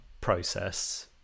process